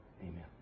Amen